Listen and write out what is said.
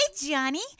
Johnny